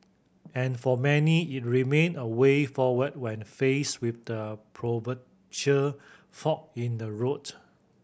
and for many it remain a way forward when faced with the proverbial fork in the road